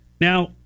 Now